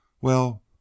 Well